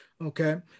Okay